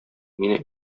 мине